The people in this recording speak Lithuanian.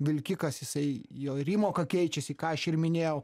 vilkikas jisai jo ir įmoka keičiasi ką aš ir minėjau